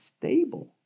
stable